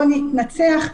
בואו נתנצח.